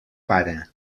pare